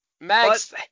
Max